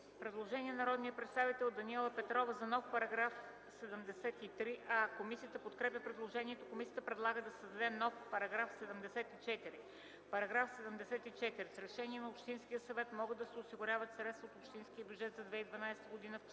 Предложение на народния представител Даниела Петрова за нов параграф 73а. Комисията подкрепя предложението. Комисията предлага да се създаде нов § 74. „§ 74. С решение на общински съвет могат да се осигуряват средства от общинския бюджет за 2012 г. в частта